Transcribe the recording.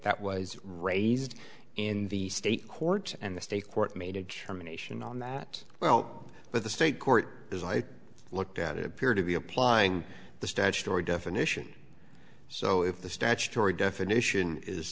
that was raised in the state court and the state court made a determination on that well but the state court as i looked at it appeared to be applying the statutory definition so if the statutory definition is